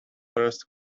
first